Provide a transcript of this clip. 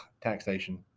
taxation